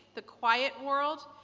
the quiet world,